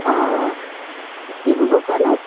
অঁ অঁ ডিব্ৰুগড়ৰপৰা ন